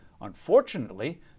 Unfortunately